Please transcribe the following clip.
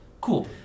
Cool